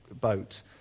boat